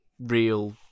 real